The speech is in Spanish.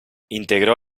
integró